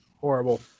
Horrible